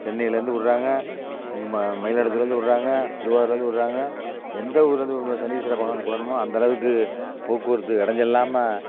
சென்னையிலேருந்து விட்றாங்க இங்கே மயி மயிலாடுதுறையிலேருந்து விட்றாங்க திருவாரூரிலேருந்து விட்றாங்க எந்த ஊரிலேருந்து சனீஸ்வரன் பகவானுக்கு போகணுமோ அந்தளவுக்கு போக்குவரத்துக்கு இடஞ்சல் இல்லாமல்